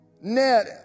net